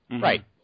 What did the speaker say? Right